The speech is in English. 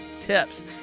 TIPS